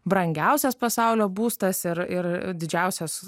brangiausias pasaulio būstas ir ir didžiausios